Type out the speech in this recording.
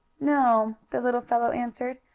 no, the little fellow answered.